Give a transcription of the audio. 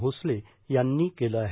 भोसले यांनी केले आहे